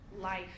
life